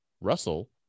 Russell